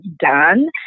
done